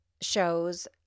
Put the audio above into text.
shows